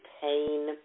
pain